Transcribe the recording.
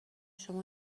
شما